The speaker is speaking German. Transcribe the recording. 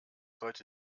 heute